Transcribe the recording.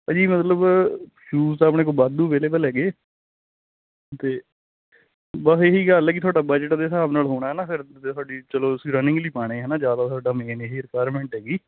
ਭਾਅ ਜੀ ਮਤਲਬ ਸ਼ੂਜ਼ ਆਪਣੇ ਕੋਲ ਵਾਧੂ ਅਵੇਲੇਵਲ ਹੈਗੇ ਤੇ ਬਸ ਇਹੀ ਗੱਲ ਐ ਕੀ ਤੁਹਾਡਾ ਬਜਟ ਦੇ ਹਿਸਾਬ ਨਾਲ ਹੋਣਾ ਨਾ ਜੇ ਚਲੋ ਤੁਸੀਂ ਰਨਿੰਗ ਲਈ ਪਾਣੇ ਹਨਾ ਤੁਹਾਡਾ ਇਹ ਰਿਕੁਆਇਰਮੈਂਟ ਹੈਗੀ